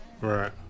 Right